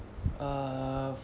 uh